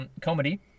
comedy